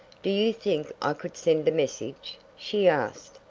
do you think i could send a message? she asked,